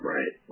Right